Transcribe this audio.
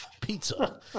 pizza